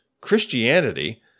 Christianity